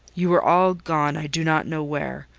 you were all gone i do not know where.